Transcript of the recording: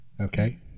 Okay